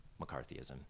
McCarthyism